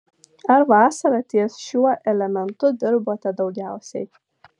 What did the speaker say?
ar vasarą ties šiuo elementu dirbote daugiausiai